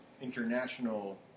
international